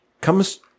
comes